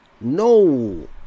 no